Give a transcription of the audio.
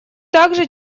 также